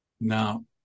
Now